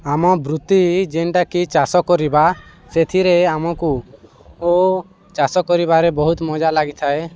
ଆମ ବୃତ୍ତି ଯେନ୍ଟାକି ଚାଷ କରିବା ସେଥିରେ ଆମକୁ ଓ ଚାଷ କରିବାରେ ବହୁତ ମଜା ଲାଗିଥାଏ